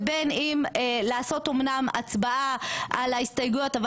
ובין אם לעשות אמנם הצבעה על ההסתייגויות אבל